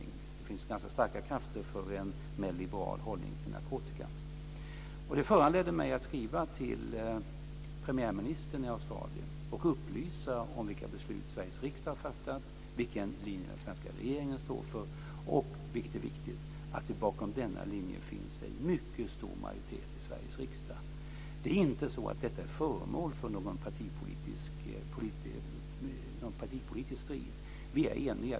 Det finns ganska starka krafter för en mer liberal hållning till narkotikan. Det föranledde mig att skriva till premiärministern i Australien och upplysa om vilka beslut som Sveriges riksdag har fattat, vilken linje den svenska regeringen står för och, vilket är viktigt, att det bakom denna linje finns en mycket stor majoritet i Sveriges riksdag. Detta är inte föremål för någon partipolitisk strid. Vi är eniga.